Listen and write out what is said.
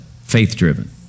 faith-driven